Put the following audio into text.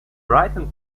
brighton